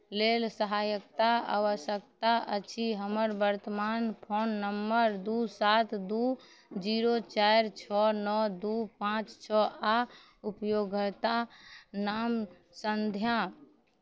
लेल सहायताके आवश्यकता अछि हमर वर्तमान फोन नम्बर दुइ सात दुइ जीरो चारि छओ नओ दुइ पाँच छओ आओर उपभोक्ता नाम सन्ध्या